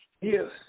Yes